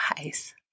eyes